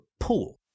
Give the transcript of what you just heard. pool